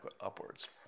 upwards